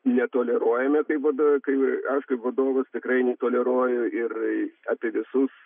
netoleruojame taip vad aš kaip vadovas tikrai netoleruoju ir apie visus